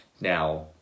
now